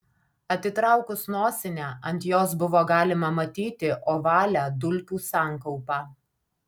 atitraukus nosinę ant jos buvo galima matyti ovalią dulkių sankaupą